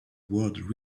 world